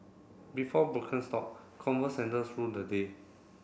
before Birkenstock Converse sandals ruled the day